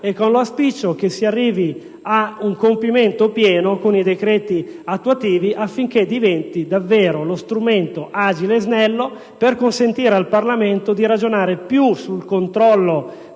e con l'auspicio che si arrivi a un compimento pieno, con i decreti attuativi, affinché tale riforma diventi davvero lo strumento agile e snello per consentire al Parlamento di ragionare più sul controllo